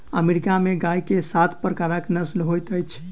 America में गाय के सात प्रकारक नस्ल होइत अछि